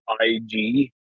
IG